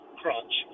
crunch